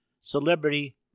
celebrity